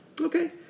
Okay